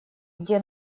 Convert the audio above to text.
где